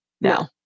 No